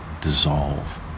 dissolve